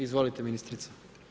Izvolite ministrice.